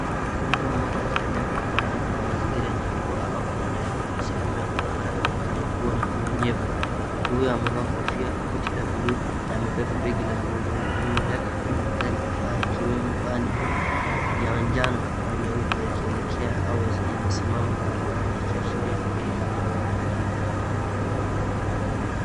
Mtu mmoja akitembea barabarani kwenye mazingira yenye mvua au baada ya mvua. Sehemu ya barabara inaonekana kuwa na unyenyevu. Mtu huyo amevaa kofia, koti la buluu na amebeba begi la mgongoni. Nyuma yake kuna magari kadhaa yakiwemo vani ya njano na nyeupe yakielekea au yamesimama barabarani ikiashiria shughuli za kawaida za jiji.